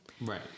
right